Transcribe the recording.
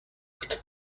gentle